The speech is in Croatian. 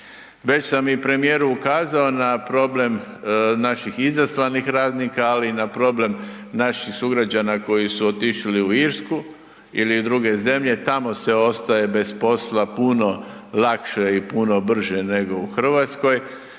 Već sam i premijeru ukazao na problem naših izaslanih radnika, ali i na problem naših sugrađana koji su otišli u Irsku ili u druge zemlje, tamo se ostaje bez posla puno lakše i puno brže nego u RH